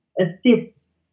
assist